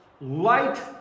light